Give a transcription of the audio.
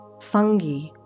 fungi